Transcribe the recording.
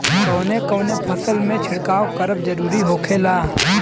कवने कवने फसल में छिड़काव करब जरूरी होखेला?